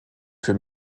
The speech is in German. für